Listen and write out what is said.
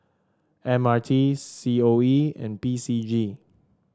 M R T C O E and P C G